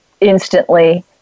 instantly